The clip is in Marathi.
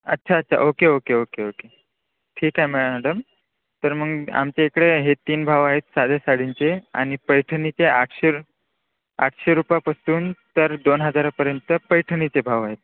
अच्छा अच्छा ओके ओके ओके ओके ठीक आहे मॅडम तर मग आमच्याइकडे हे तीन भाव आहेत साध्या साडींचे आणि पैठणीचे आठशे आठशे रुपयापासून तर दोन हजारापर्यंत पैठणीचे भाव आहेत